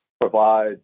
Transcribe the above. provide